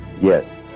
Yes